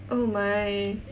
oh my